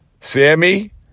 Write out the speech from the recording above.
Sammy